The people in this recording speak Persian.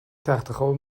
تختخواب